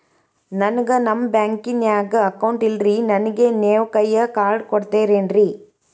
ನನ್ಗ ನಮ್ ಬ್ಯಾಂಕಿನ್ಯಾಗ ಅಕೌಂಟ್ ಇಲ್ರಿ, ನನ್ಗೆ ನೇವ್ ಕೈಯ ಕಾರ್ಡ್ ಕೊಡ್ತಿರೇನ್ರಿ?